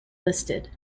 listed